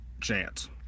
chance